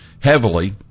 Heavily